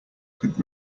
could